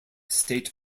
state